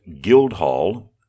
Guildhall